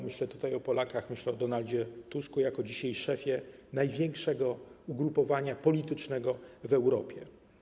Myślę tutaj o Polakach, myślę o Donaldzie Tusku, dzisiaj jako o szefie największego ugrupowania politycznego w Europie.